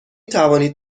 توانید